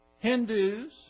Hindus